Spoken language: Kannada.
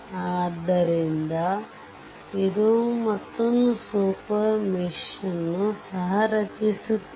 ಆದ್ದರಿಂದ ಇದು ಮತ್ತೊಂದು ಸೂಪರ್ ಮೆಶ್ ನು ಸಹ ರಚಿಸುತ್ತಿದೆ